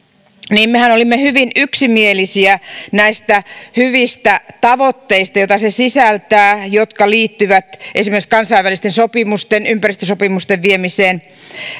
niin mehän olimme hyvin yksimielisiä näistä hyvistä tavoitteista joita se sisältää ja jotka liittyvät esimerkiksi kansainvälisten ympäristösopimusten viemiseen